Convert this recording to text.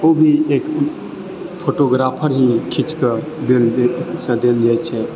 ओ भी एक फोटोग्राफर ही खींचके देलसँ देल जाइत छै